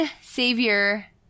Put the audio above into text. Savior